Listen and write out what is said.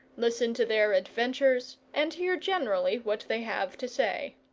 listen to their adventures, and hear generally what they have to say.